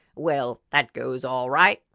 well, that goes all right!